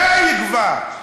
די כבר.